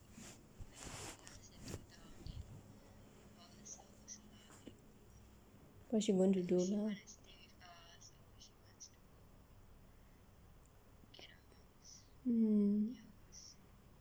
what she want to do now mm